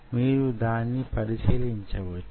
మీరే దాన్ని పరిశీలించవచ్చు